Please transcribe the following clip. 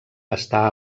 està